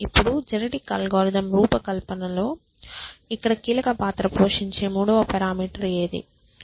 ఇప్పుడు genetic algorithm రూపకల్పనలో ఇక్కడ కీలక పాత్ర పోషించే మూడవ పారామీటర్ ఏమిటి